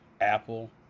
Apple